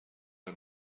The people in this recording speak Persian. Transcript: بهم